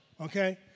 okay